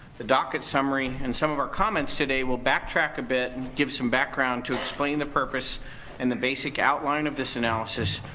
the docket summary and some of our comments today will backtrack a bit, and give some background to explain the purpose and the basic outline of this analysis,